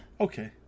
Okay